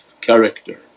character